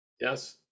Yes